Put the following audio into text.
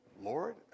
Lord